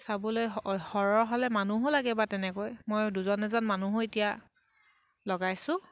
চাবলৈ সৰহ সৰহ হ'লে মানুহো লাগে বা তেনেকৈ ময়ো দুজন এজন মানুহো এতিয়া লগাইছোঁ